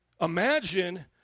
imagine